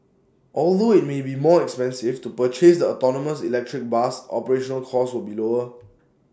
although IT may be more expensive to purchase the autonomous electric bus operational costs will be lower